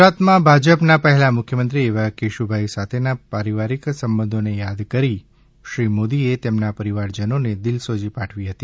ગુજરાતમાં ભાજપના પહેલા મુખ્યમંત્રી એવા કેશુભાઈ સાથેના પરિવારિક સંબધોને યાદ કરી શ્રી મોદીએ તેમના પરિવારજનોને દિલસોજી પાઠવી હતી